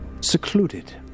secluded